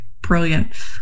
brilliant